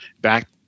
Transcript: back